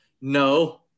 No